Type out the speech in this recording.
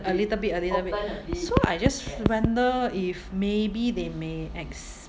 a little bit a little bit so I just wonder if maybe they may ex~